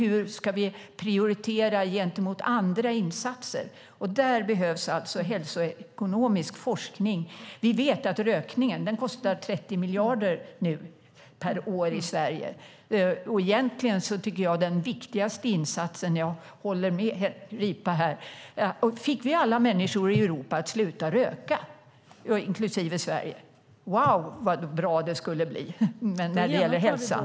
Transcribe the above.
Hur ska vi prioritera gentemot andra insatser? Där behövs hälsoekonomisk forskning. Vi vet att rökningen nu kostar 30 miljarder per år i Sverige. Den viktigaste insatsen skulle vara - jag håller med Ripa här - om vi fick alla människor i Europa, inklusive Sverige, att sluta röka. Wow, vad bra det skulle bli när det gäller hälsan!